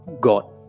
god